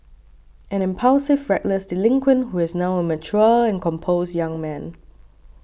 an impulsive reckless delinquent who is now a mature and composed young man